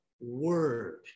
word